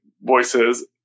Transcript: voices